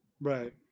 Right